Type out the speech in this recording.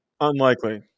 unlikely